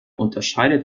unterscheidet